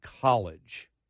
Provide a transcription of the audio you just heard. college